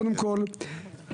קודם כל,